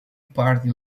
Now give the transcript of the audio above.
party